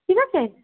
ঠিক আছে